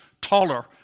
taller